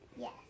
Yes